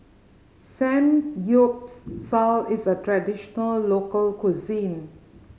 samgyeopsal is a traditional local cuisine